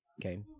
okay